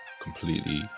completely